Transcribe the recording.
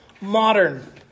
modern